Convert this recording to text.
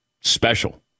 special